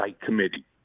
Committee